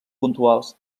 puntuals